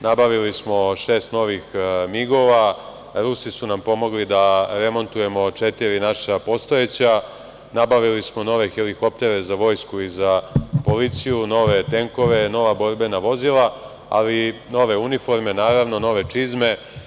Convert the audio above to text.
Nabavili smo šest novih migova, Rusi su nam pomogli da remontujemo četiri naša postojeća, nabavili smo nove helikoptere za vojsku i za policiju, nove tenkove, nova borbena vozila, ali i nove uniforme, naravno nove čizme.